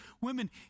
Women